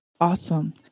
Awesome